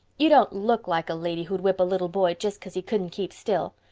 you don't look like a lady who'd whip a little boy just cause he couldn't keep still.